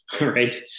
right